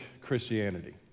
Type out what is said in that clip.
Christianity